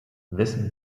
wessen